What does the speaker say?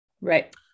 right